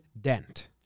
Dent